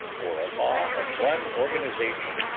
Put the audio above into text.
or a law of one organization,